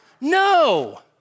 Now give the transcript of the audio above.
No